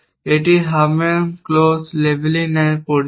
এটি Huffman close labelling নামে পরিচিত